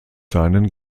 seinen